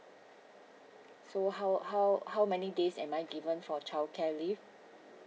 so how how how many days am I given for childcare leave